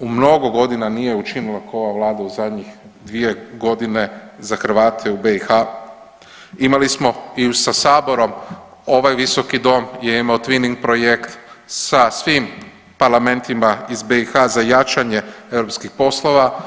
u mnogo godina nije učinila kao ova vlada u zadnjih dvije godine za Hrvate u BiH. imali smo i sa saborom ovaj visoki dom je imao twinning projekt sa svim parlamentima iz BiH za jačanje europskih poslova.